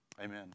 Amen